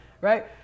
right